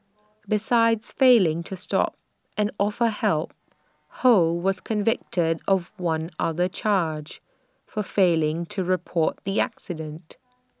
besides failing to stop and offer help ho was convicted of one other charge for failing to report the accident